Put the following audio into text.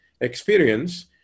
experience